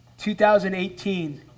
2018